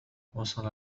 وصل